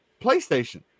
PlayStation